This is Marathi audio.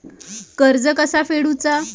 कर्ज कसा फेडुचा?